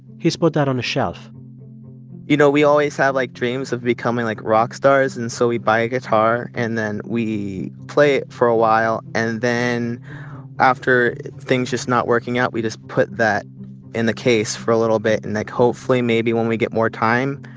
he's put that on a shelf you know, we always have, like, dreams of becoming like rock stars. and so we buy a guitar, and then we play it for a while. and then after things just not working out, we just put that in the case for a little bit. and then hopefully maybe when we get more time,